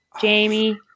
jamie